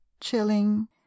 chilling